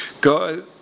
God